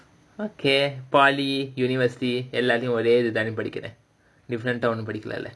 okay polytechnic university எல்லாத்துலயும் ஒரே இது தானே படிக்குறேன்:ellaathulayum orae idhu thaanae padikkiraen different ah ஏதும் படிக்கலல:edhum padikalala